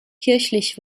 kirchlich